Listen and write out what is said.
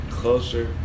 closer